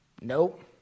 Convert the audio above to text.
Nope